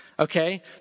Okay